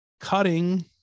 cutting